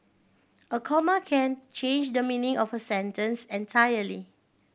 a comma can change the meaning of a sentence entirely